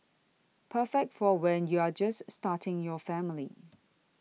perfect for when you're just starting your family